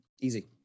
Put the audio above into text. easy